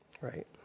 right